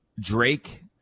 Drake